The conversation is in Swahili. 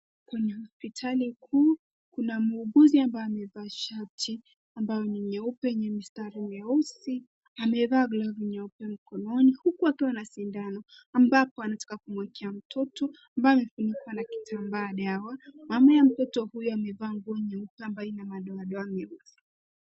Kwenye hospitali hii kuna muuguzi ambaye amevaa shati ambayo ni nyeupe yenye mistari mieusi. Amevaa glavu nyeupe mkononi huku akiwa na sindano ambayo anataka kumwekea mtoto ambaye amefunikwa na kitambaa dawa. Mama ya mtoto huyu amevaa nguo nyeupe ambayo ina madoadoa meusi.